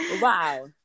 Wow